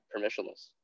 permissionless